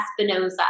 Espinoza